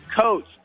Coach